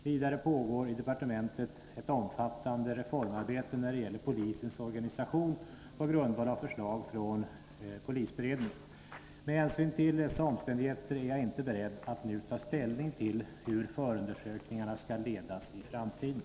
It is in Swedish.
Vidare pågår i departementet ett omfattande reformarbete när det gäller polisens organisation på grundval av förslag från polisberedningen. Med hänsyn till dessa omständigheter är jag inte beredd att nu ta ställning till hur förundersökningarna skall ledas i framtiden.